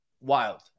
wild